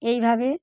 এইভাবে